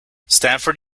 stanford